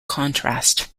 contrast